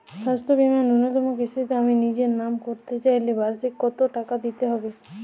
স্বাস্থ্য বীমার ন্যুনতম কিস্তিতে আমি নিজের নামে করতে চাইলে বার্ষিক কত টাকা দিতে হবে?